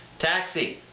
taxi!